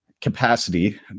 capacity